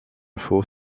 faut